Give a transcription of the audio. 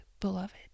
beloved